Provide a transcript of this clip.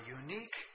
unique